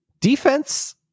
Defense